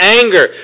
anger